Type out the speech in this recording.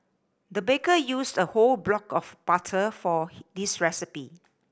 the baker used a whole block of butter for this recipe